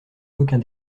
qu’aucun